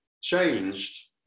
changed